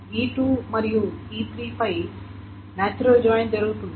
E2 మరియు E3 పై natural join జరుగుతుంది